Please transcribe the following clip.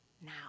now